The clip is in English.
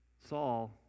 Saul